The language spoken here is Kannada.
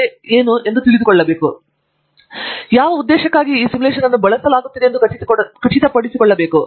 ನೀವು ಬಳಸುತ್ತಿರುವ ಸರಿಯಾದ ಸೆಟ್ಟಿಂಗ್ಗಳು ಮತ್ತು ಉಪಕರಣವನ್ನು ನೀವು ಆಯ್ಕೆ ಮಾಡಿದ್ದೀರಿಯಾವ ಉದ್ದೇಶಕ್ಕಾಗಿ ಬಳಸಲಾಗುತ್ತಿದೆ ಎಂದು ಖಚಿತ ಪಡಿಸಿಕೊಳ್ಳಬೇಕು